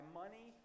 money